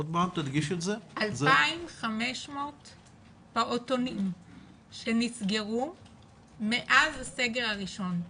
2,500 פעוטונים שנסגרו מאז הסגר הראשון.